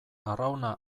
arrauna